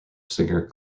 singer